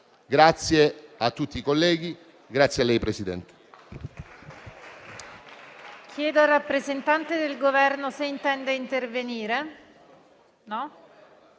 Grazie a tutti i colleghi